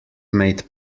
made